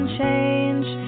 change